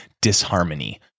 disharmony